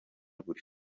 gutyo